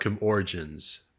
origins